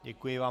Děkuji vám.